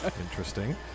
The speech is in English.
Interesting